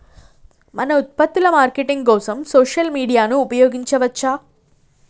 మన ఉత్పత్తుల మార్కెటింగ్ కోసం సోషల్ మీడియాను ఉపయోగించవచ్చా?